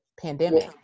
pandemic